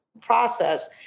process